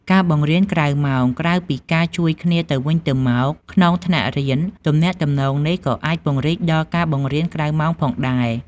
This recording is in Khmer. ការបង្រៀនក្រៅម៉ោង ក្រៅពីការជួយគ្នាទៅវិញទៅមកក្នុងថ្នាក់រៀន ទំនាក់ទំនងនេះក៏អាចពង្រីកដល់ការបង្រៀនក្រៅម៉ោងផងដែរ